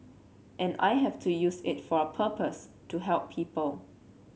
and I have to use it for a purpose to help people